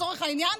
לצורך העניין,